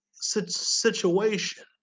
situation